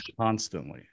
constantly